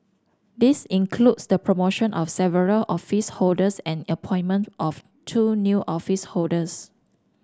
this includes the promotion of several office holders and the appointment of two new office holders